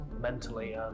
mentally